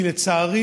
כי לצערי